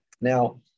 Now